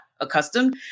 accustomed